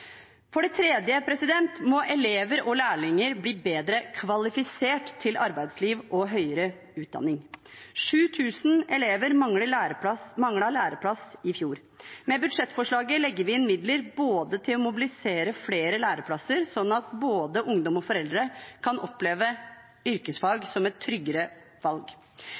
For det tredje må elever og lærlinger bli bedre kvalifisert til arbeidsliv og høyere utdanning. 7 000 elever manglet læreplass i fjor. Med budsjettforslaget legger vi inn midler til å mobilisere flere læreplasser, sånn at både ungdom og foreldre kan oppleve yrkesfag som et tryggere valg.